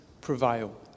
prevail